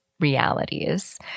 realities